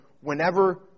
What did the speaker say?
whenever